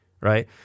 right